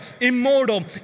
immortal